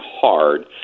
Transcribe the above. hard